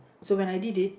so when I did it